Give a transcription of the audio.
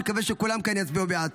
אני מקווה שכולם כאן יצביעו בעד.